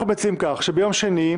אנחנו מציעים כך: ביום שני,